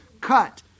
cut